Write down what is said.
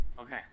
Okay